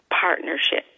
partnership